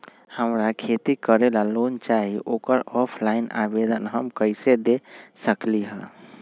हमरा खेती करेला लोन चाहि ओकर ऑफलाइन आवेदन हम कईसे दे सकलि ह?